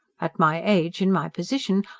at my age, in my position,